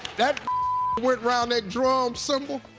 that went round that drum cymbal,